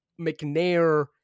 McNair